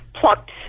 plucked